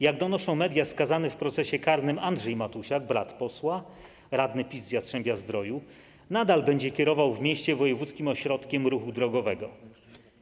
Jak donoszą media, skazany w procesie karnym Andrzej Matusiak, brat posła, radny PiS z Jastrzębia-Zdroju, nadal będzie kierował w mieście wojewódzkim ośrodkiem ruchu drogowego.